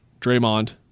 Draymond